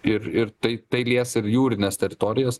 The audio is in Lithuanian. ir ir tai tai lies ir jūrines teritorijas